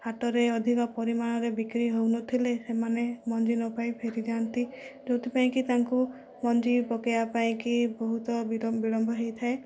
ହାଟରେ ଅଧିକ ପରିମାଣରେ ବିକ୍ରି ହେଉନଥିଲେ ସେମାନେ ମଞ୍ଜି ନ ପାଇ ଫେରି ଯାଆନ୍ତି ଯେଉଁଥିପାଇଁ କି ତାଙ୍କୁ ମଞ୍ଜି ପକାଇବା ପାଇଁ କି ବହୁତ ବିଳମ୍ବ ହୋଇଥାଏ